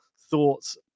thoughts